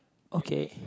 okay